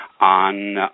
on